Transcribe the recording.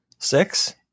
Six